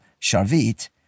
Sharvit